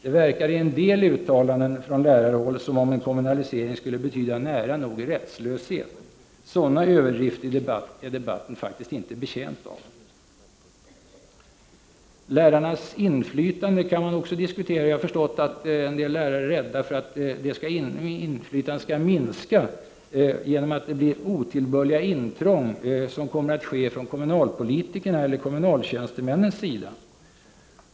Det verkar i en del uttalanden från lärarhåll som om en kommunalisering skulle betyda nära nog rättslöshet. Sådana överdrifter är debatten inte betjänt av. Lärarnas inflytande kan man också diskutera. Jag har förstått att en del lärare är rädda för att inflytandet skall minska genom otillbörliga intrång från kommunalpolitikernas eller kommunaltjänstemännens sida.